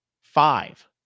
five